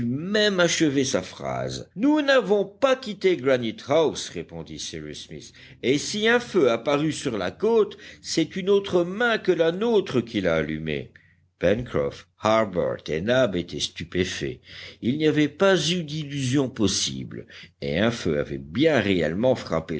même achever sa phrase nous n'avons pas quitté granite house répondit cyrus smith et si un feu a paru sur la côte c'est une autre main que la nôtre qui l'a allumé pencroff harbert et nab étaient stupéfaits il n'y avait pas eu d'illusion possible et un feu avait bien réellement frappé